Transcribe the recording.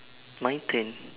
my turn